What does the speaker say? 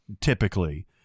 typically